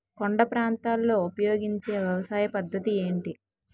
కొండ ప్రాంతాల్లో ఉపయోగించే వ్యవసాయ పద్ధతి ఏంటి?